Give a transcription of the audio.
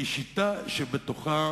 והיא שיטה שבתוכה